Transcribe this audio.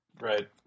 Right